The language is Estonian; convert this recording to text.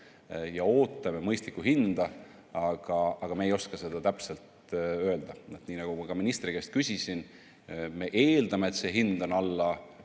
ja ootame mõistlikku hinda, aga me ei oska seda täpselt öelda. Nii nagu ma ka ministri käest küsisin, me eeldame, et see hind on alla